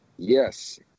Yes